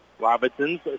Robinson's